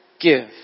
Give